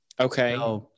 okay